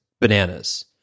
bananas